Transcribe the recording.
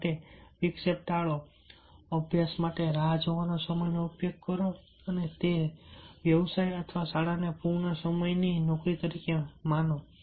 માટે વિક્ષેપો ટાળો અભ્યાસ માટે રાહ જોવાના સમયનો ઉપયોગ કરો અને તે વ્યવસાય અથવા શાળાને પૂર્ણ સમયની નોકરી તરીકે માને છે